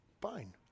Fine